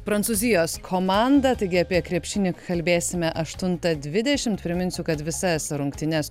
prancūzijos komanda taigi apie krepšinį kalbėsime aštuntą dvidešimt priminsiu kad visas rungtynes